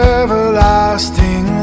everlasting